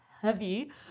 Heavy